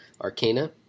Arcana